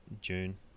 June